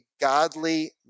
godly